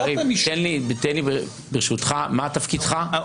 מה תפקידך?